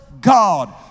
God